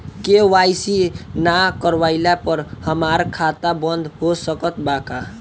KYC ना करवाइला पर हमार खाता बंद हो सकत बा का?